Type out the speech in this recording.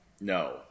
No